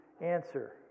answer